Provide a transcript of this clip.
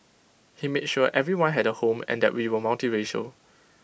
he made sure everyone had A home and that we were multiracial